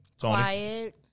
Quiet